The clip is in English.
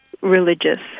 religious